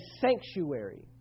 sanctuary